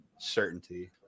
certainty